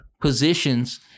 positions